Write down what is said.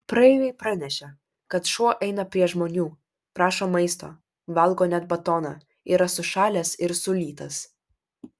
praeiviai pranešė kad šuo eina prie žmonių prašo maisto valgo net batoną yra sušalęs ir sulytas